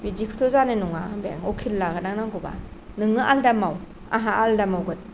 बिदिखौथ' जानाय नंङा होनबाय आङो उकिल लागोन आं नांगौबा नोङो आलादा माव आंहा मावगोन